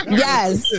yes